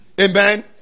Amen